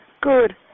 Good